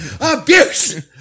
Abuse